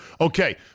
Okay